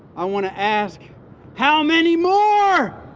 i wanna ask how many more